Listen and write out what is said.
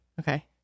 Okay